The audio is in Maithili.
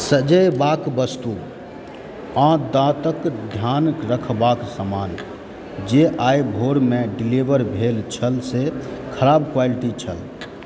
सजैबाक वस्तु आ दाँतके ध्यान रखबाके समान जे आइ भोरमे डिलीवर भेल छल से खराब क्वालिटी छल